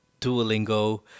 Duolingo